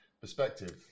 perspective